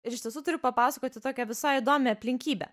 ir iš tiesų turiu papasakoti tokią visai įdomią aplinkybę